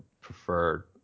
prefer